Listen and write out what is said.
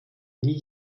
nie